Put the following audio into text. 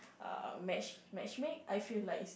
um match matchmake I feel like it's